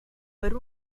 per